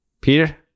Peter